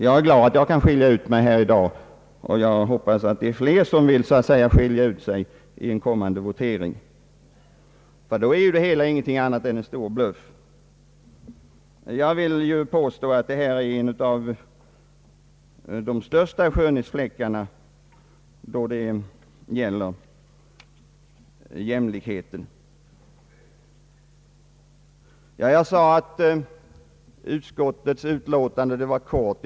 Jag är glad att jag kan skilja ut mig här i dag. Jag hoppas att det blir fler som så att säga skiljer ut sig i en kommande votering. Annars är jämlikhetsdebatten ingenting annat än en stor bluff. Jag vill påstå att den fråga det här gäller är en av de största skönhetsfläckarna när det gäller jämlikheten. Jag sade att utskottets utlåtande var kort.